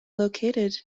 located